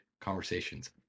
conversations